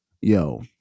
yo